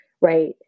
right